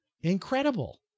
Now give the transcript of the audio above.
incredible